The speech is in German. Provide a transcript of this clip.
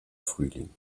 frühling